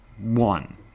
one